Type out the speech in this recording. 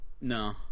No